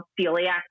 celiac